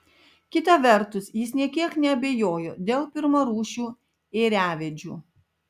kita vertus jis nė kiek neabejojo dėl pirmarūšių ėriavedžių